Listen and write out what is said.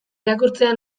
irakurtzea